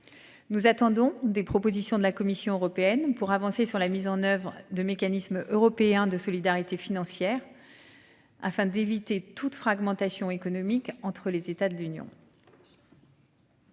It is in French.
Nous attendons des propositions de la Commission européenne pour avancer sur la mise en oeuvre de mécanisme européen de solidarité financière. Afin d'éviter toute fragmentation économique entre les États de l'Union.